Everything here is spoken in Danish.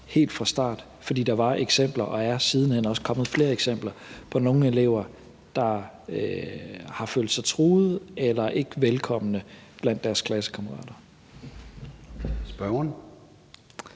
helt fra start, fordi der var eksempler og siden hen også er kommet flere eksempler på elever, der har følt sig truet eller ikke velkomne blandt deres klassekammerater. Kl.